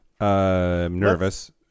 Nervous